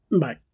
Bye